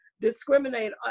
discriminate